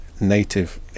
native